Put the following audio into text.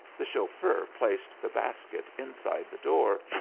the chauffeur placed the basket inside the door.